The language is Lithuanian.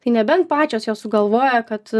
tai nebent pačios jos sugalvoja kad